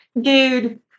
dude